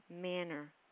manner